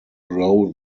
grow